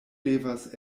devas